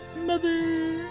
mother